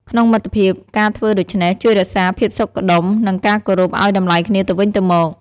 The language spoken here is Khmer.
ក្នុងមិត្តភាព ការធ្វើដូច្នេះជួយរក្សាភាពសុខដុម និងការគោរពឱ្យតម្លៃគ្នាទៅវិញទៅមក។